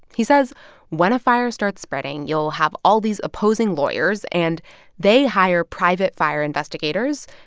he says when a fire starts spreading, you'll have all these opposing lawyers. and they hire private fire investigators.